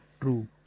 True